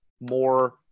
more